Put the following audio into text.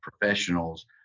professionals